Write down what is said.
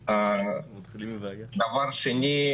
מהקרן יגיע לאותם ארגונים שהוזנחו